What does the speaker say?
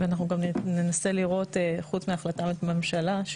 אנחנו מבינים שיש החלטת ממשלה.